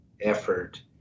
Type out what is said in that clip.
effort